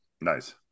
Nice